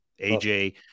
AJ